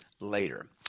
later